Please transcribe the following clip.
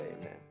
Amen